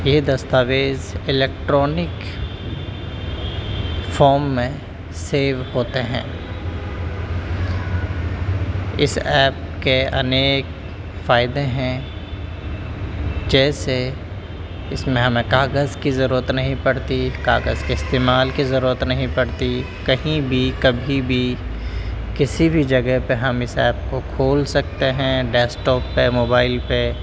یہ دستاویز electronic form میں سیو ہوتے ہیں اس ایپ کے انیک فائدے ہیں جیسے اس میں ہمیں کاغذ کی ضرورت نہیں پڑتی کاغذ کے استعمال کی ضرورت نہیں پڑتی کہیں بھی کبھی بھی کسی بھی جگہ پہ ہم اس ایپ کو کھول سکتے ہیں ڈیسک ٹاپ پہ موبائل پہ